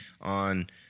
on